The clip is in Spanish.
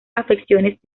afecciones